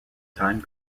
time